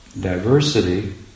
diversity